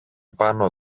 πάνω